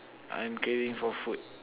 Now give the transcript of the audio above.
I'm craving for food